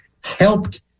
helped